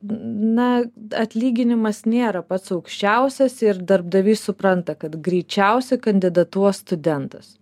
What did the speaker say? na atlyginimas nėra pats aukščiausias ir darbdavys supranta kad greičiausiai kandidatuos studentas